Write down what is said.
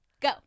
Go